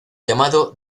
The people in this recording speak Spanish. llamado